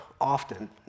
often